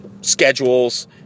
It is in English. Schedules